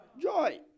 Joy